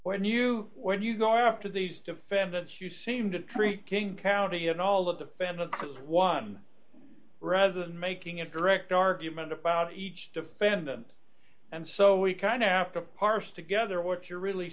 when you when you go after these defendants you seem to treat king county and all the defendants as one rather than making a direct argument about each defendant and so we kind of have to parse together what you're really